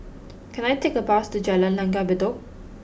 can I take a bus to Jalan Langgar Bedok